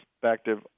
perspective